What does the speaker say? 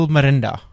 Marinda